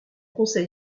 conseil